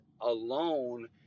alone